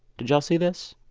did y'all see this?